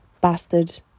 bastard